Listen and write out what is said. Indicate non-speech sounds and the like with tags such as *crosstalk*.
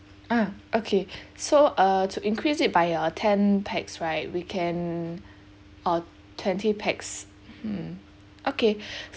ah okay *breath* so err to increase it by uh ten pax right we can *breath* oh twenty pax hmm okay *breath*